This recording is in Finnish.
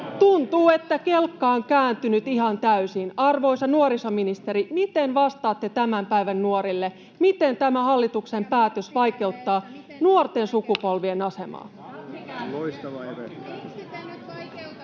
Tuntuu, että kelkka on kääntynyt ihan täysin. Arvoisa nuorisoministeri, miten vastaatte tämän päivän nuorille, miten tämä hallituksen päätös vaikeuttaa nuorten sukupolvien asemaa?